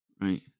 right